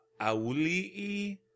Auli'i